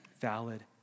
valid